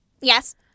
Yes